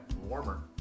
Warmer